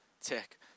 Tick